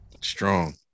strong